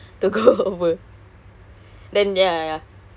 ah the feeder bus I cause my